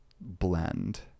blend